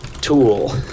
tool